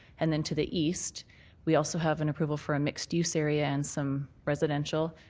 and then to the east we also have an approval for a mixed use area and some residential,